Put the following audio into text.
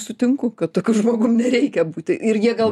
sutinku kad tokiu žmogum nereikia būti ir jie gal